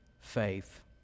faith